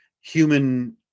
human